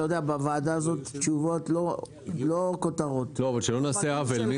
אדוני היושב ראש, שלא נעשה עוול.